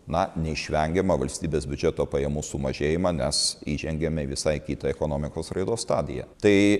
na neišvengiamą valstybės biudžeto pajamų sumažėjimą mes įžengėme į visai kitą ekonomikos raidos stadiją tai